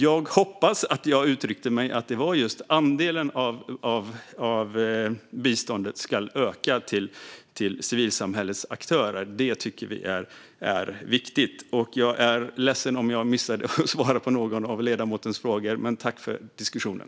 Jag hoppas att jag uttryckte att det är just den andel av biståndet som går till civilsamhällets aktörer som ska öka. Det tycker vi är viktigt. Jag är ledsen om jag missade att svara på någon av ledamotens frågor. Jag tackar för diskussionen.